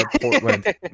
Portland